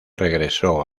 regresó